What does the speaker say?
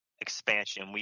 expansion